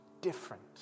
different